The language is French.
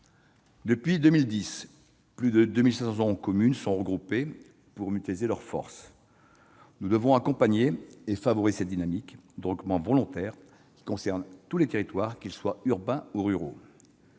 Depuis 2010, plus de 2 500 communes se sont regroupées pour mutualiser leurs forces. Nous devons accompagner et favoriser cette dynamique de regroupement volontaire, laquelle concerne tous les territoires, qu'ils soient urbains ou ruraux.